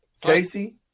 Casey